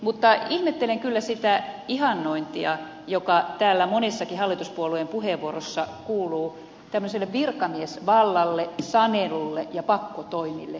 mutta ihmettelen kyllä sitä ihannointia joka täällä monessakin hallituspuolueen puheenvuorossa kuuluu virkamiesvallalle sanelulle ja pakkotoimille